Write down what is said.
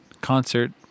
concert